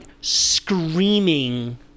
screaming